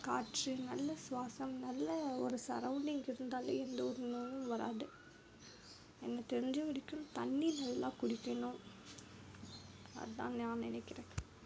காற்று நல்ல சுவாசம் நல்ல ஒரு சரவுண்டிங் இருந்தால் எந்த ஒரு நோயும் வராது எனக்கு தெரிஞ்ச வரைக்கும் தண்ணீர் நல்லா குடிக்கணும் அதான் நான் நினைக்கிறன்